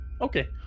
Okay